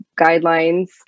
guidelines